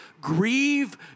grieve